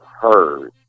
heard